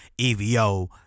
EVO